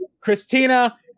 Christina